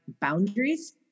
boundaries